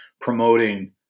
promoting